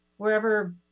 wherever